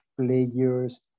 players